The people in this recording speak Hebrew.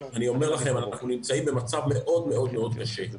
אני אומר לכם: אנחנו נמצאים במצב מאד מאד מאד קשה.